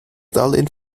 darlehen